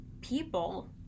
people